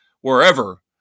wherever